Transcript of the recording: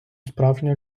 справжня